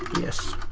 yes.